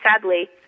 sadly